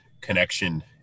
connection